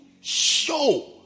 show